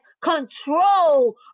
control